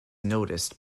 noticed